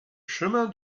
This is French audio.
chemin